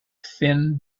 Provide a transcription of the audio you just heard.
thin